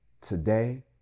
today